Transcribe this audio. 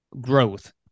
growth